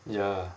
ya